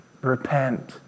Repent